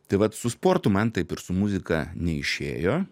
tai vat su sportu man taip ir su muzika neišėjo